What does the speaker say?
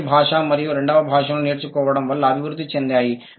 మొదటి భాషా మరియు రెండవ భాషా ను నేర్చుకోవడం వల్ల అభివృద్ధి చెందాయి